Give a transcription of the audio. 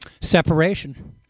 separation